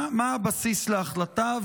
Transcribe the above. מה הבסיס להחלטה?